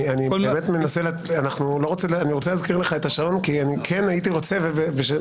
אני רוצה להזכיר לך את השעון כי אני כן הייתי רוצה שבכל